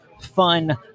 fun